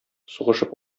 сугышып